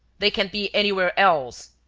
they can't be anywhere else.